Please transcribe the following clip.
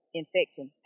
infection